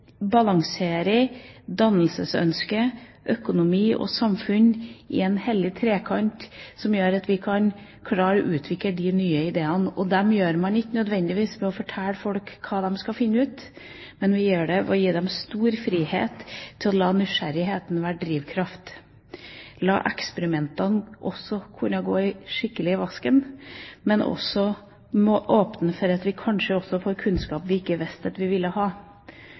dannelsesønsket, økonomi og samfunn i en hellig trekant som gjør at vi kan klare å utvikle de nye ideene. Det gjør man ikke nødvendigvis ved å fortelle folk hva de skal finne ut, men ved å gi dem stor frihet til å la nysgjerrigheten være drivkraften, at eksperimentene kan gå skikkelig i vasken, men også åpne for at vi kanskje får kunnskap vi ikke visste at vi ville ha.